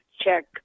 check